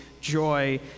joy